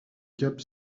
cap